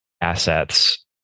assets